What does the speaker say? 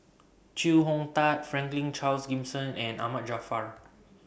Chee Hong Tat Franklin Charles Gimson and Ahmad Jaafar